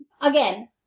again